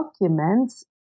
documents